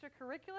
extracurricular